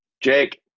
Jake